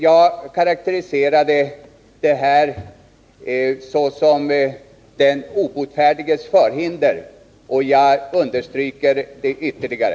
Jag karakteriserade detta såsom den obotfärdiges förhinder, och jag understryker det ytterligare.